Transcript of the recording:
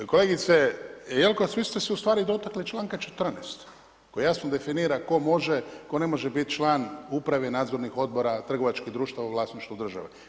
Da, kolegice Jelkovac, vi ste se ustvari dotakli članka 14. koji jasno definira tko može, tko ne može biti član uprave, nadzornih odbora, trgovačkih društava u vlasništvu države.